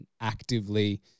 actively